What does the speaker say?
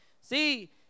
See